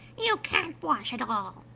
you can't wash at all,